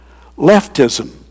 leftism